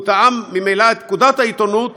והוא תאם ממילא את פקודת העיתונות.